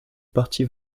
parti